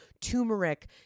turmeric